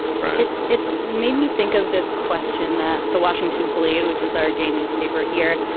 right it made me think of this question that the washington blade which is our gay newspaper here.